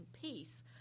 peace